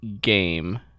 game